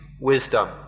wisdom